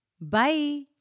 Bye